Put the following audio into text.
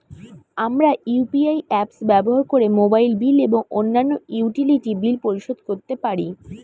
আমরা UPI apps ব্যবহার করে মোবাইল বিল এবং অন্যান্য ইউটিলিটি বিল পরিশোধ করতে পারি